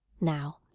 Now